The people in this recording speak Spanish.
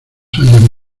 hayan